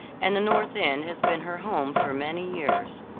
and the north end has been her home for many years.